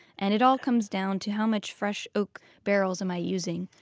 and it all comes down to how much fresh oak barrels am i using?